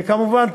וכמובן,